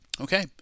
Okay